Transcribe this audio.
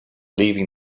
leaving